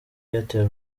airtel